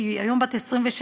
שהיא היום בת 26,